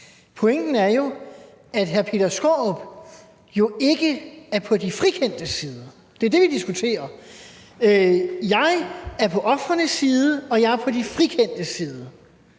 Pointen er, at hr. Peter Skaarup jo ikke er på de frikendtes side. Det er det, vi diskuterer. Jeg er på ofrenes side, og jeg er på de frikendtes side.